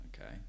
okay